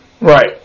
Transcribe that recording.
Right